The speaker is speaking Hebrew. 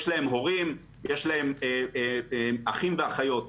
יש להם הורים, אחים ואחיות.